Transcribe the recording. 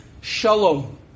Shalom